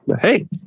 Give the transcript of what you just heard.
hey –